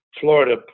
Florida